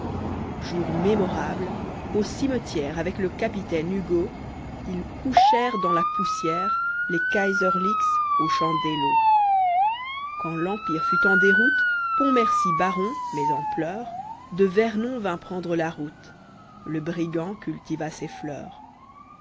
jour mémorable au cimetière avec le capitaine hugo ils couchèrent dans la poussière les kaiserlicks aux champs d'eylau quand l'empire fut en déroute pontmercy baron mais en pleurs de vernon vint prendre la route le brigand cultiva ses fleurs